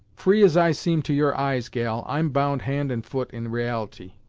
free as i seem to your eyes, gal, i'm bound hand and foot in ra'ality.